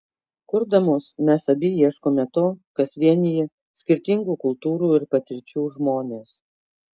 kurdamos mes abi ieškome to kas vienija skirtingų kultūrų ir patirčių žmones